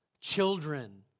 children